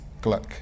Gluck